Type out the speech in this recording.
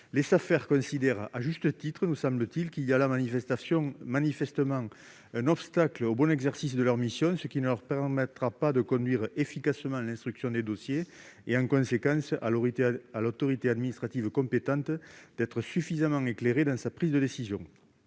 Les Safer considèrent à juste titre que cela introduit manifestement un obstacle au bon exercice de leur mission, ce qui ne leur permettra pas de conduire efficacement l'instruction des dossiers. En conséquence, cela empêchera l'autorité administrative compétente d'être suffisamment éclairée dans sa prise de décision.